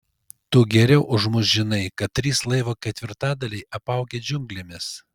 tu geriau už mus žinai kad trys laivo ketvirtadaliai apaugę džiunglėmis